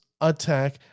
attack